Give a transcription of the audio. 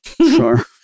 Sure